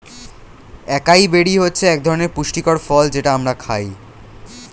একাই বেরি হচ্ছে একধরনের পুষ্টিকর ফল যেটা আমরা খাই